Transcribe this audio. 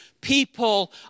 People